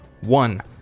one